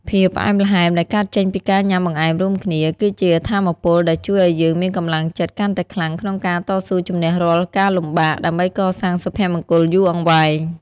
ភាពផ្អែមល្ហែមដែលកើតចេញពីការញ៉ាំបង្អែមរួមគ្នា គឺជាថាមពលដែលជួយឱ្យយើងមានកម្លាំងចិត្តកាន់តែខ្លាំងក្នុងការតស៊ូជម្នះរាល់ការលំបាក ដើម្បីកសាងសុភមង្គលយូរអង្វែង។